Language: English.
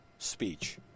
speech